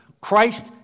Christ